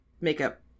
makeup